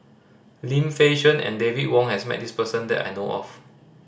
Lim Fei Shen and David Wong has met this person that I know of